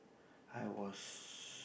I was